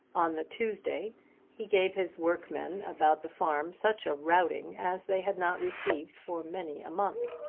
on the tuesday he gave his workmen about the farm such a routing as they had not received for many a month.